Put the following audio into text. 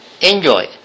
enjoy